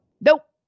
nope